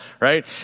right